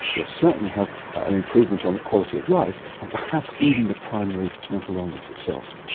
you'll certainly have an improvement on the quality of life and perhaps even the primary mental illness itself.